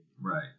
Right